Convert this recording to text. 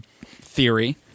theory